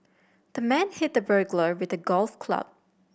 the man hit the burglar with the golf club